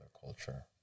culture